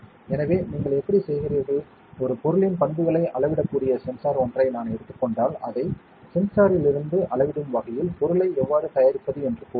எனவே நீங்கள் எப்படி செய்கிறீர்கள் ஒரு பொருளின் பண்புகளை அளவிடக்கூடிய சென்சார் ஒன்றை நான் எடுத்துக் கொண்டால் அதை சென்சாரிலிருந்து அளவிடும் வகையில் பொருளை எவ்வாறு தயாரிப்பது என்று கூறுவோம்